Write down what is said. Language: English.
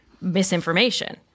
misinformation